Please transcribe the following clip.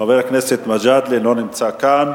חבר הכנסת גאלב מג'אדלה, לא נמצא כאן.